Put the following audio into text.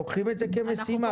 לוקחים את זה כמשימה.